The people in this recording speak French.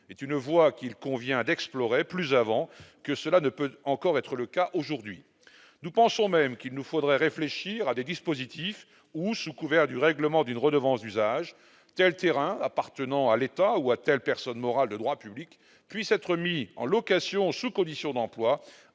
est une voie qu'il nous convient d'explorer plus avant que cela n'est possible aujourd'hui. Nous pensons même qu'il nous faudrait réfléchir à des dispositifs par lesquels, sous couvert du règlement d'une redevance d'usage, tel terrain appartenant à l'État ou à une personne morale de droit public pourrait être mis en location sous condition d'emploi